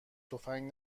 تفنگ